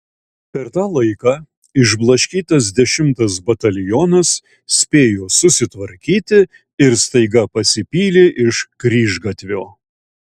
per tą laiką išblaškytas dešimtas batalionas spėjo susitvarkyti ir staiga pasipylė iš kryžgatvio